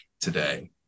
today